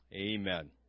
Amen